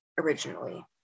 originally